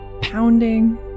pounding